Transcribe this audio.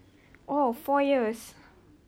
oh four years